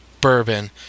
bourbon